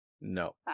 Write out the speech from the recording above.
no